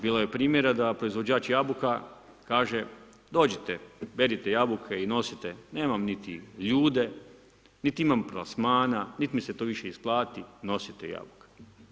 Bilo je primjera da proizvođač jabuka kaže dođite, berite jabuke i nosite, nemam niti ljude niti imam plasmana niti mi se to više isplati, nosite jabuke.